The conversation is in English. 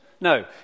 no